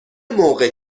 موقع